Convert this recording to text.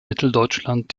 mitteldeutschland